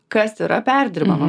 kas yra perdirbama